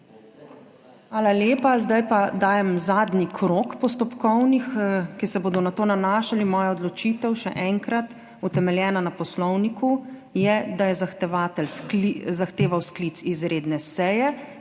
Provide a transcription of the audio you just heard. Zdaj pa dajem zadnji krog postopkovnih, ki se bodo na to nanašali. Moja odločitev, še enkrat, utemeljena na Poslovniku je, da je zahtevatelj zahteval sklic izredne seje,